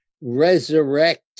resurrect